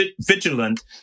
vigilant